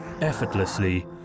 effortlessly